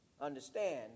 understand